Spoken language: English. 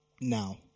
now